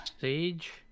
Sage